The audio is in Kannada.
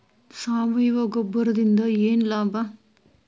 ಸಾವಯವ ಗೊಬ್ಬರದಿಂದ ಏನ್ ಲಾಭ?